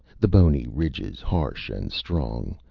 the bony ridges harsh and strong,